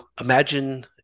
imagine